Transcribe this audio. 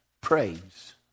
praise